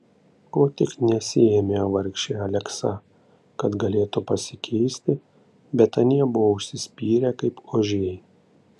ko tik nesiėmė vargšė aleksa kad galėtų pasikeisti bet anie buvo užsispyrę kaip ožiai